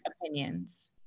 opinions